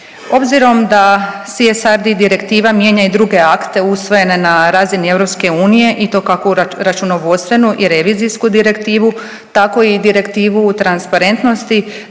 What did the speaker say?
Obzirom da CSRD direktiva mijenja i druge akte usvojene na razini EU i to kako u računovodstvenu i revizijsku direktivu tako i direktivu transparentnosti